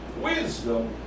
wisdom